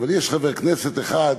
אבל יש חבר כנסת אחד,